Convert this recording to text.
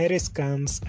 scans